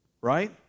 right